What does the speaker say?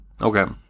Okay